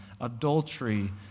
adultery